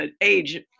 age